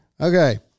Okay